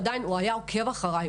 הוא עדיין היה עוקב אחריי.